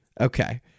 Okay